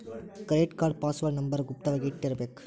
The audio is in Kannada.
ಕ್ರೆಡಿಟ್ ಕಾರ್ಡ್ ಪಾಸ್ವರ್ಡ್ ನಂಬರ್ ಗುಪ್ತ ವಾಗಿ ಇಟ್ಟಿರ್ಬೇಕ